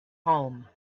home